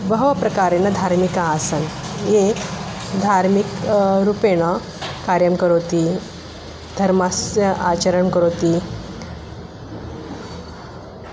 बहवः प्रकारेण धार्मिकाः आसन् ये धार्मिकं रूपेण कार्यं करोति धर्मस्य आचरणं करोति